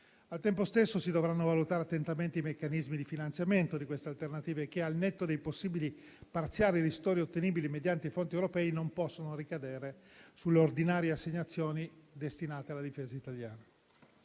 Al tempo stesso, si dovranno valutare attentamente i meccanismi di finanziamento di queste iniziative, che, al netto dei possibili parziali ristori ottenibili mediante i fondi europei, non possono ricadere sulle ordinarie assegnazioni destinate alla Difesa italiana.